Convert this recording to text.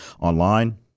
online